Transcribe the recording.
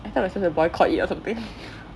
I thought we were supposed to boycott it or something